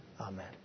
Amen